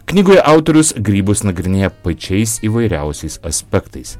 knygoje autorius grybus nagrinėja pačiais įvairiausiais aspektais